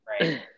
Right